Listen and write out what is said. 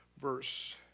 verse